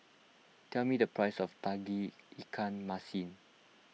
tell me the price of Tauge Ikan Masin